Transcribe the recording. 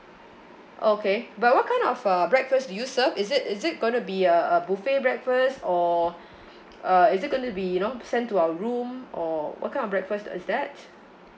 okay but what kind of uh breakfast do you serve is it is it gonna be a a buffet breakfast or uh is it gonna be you know sent to our room or what kind of breakfast is that